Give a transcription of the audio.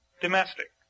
domestic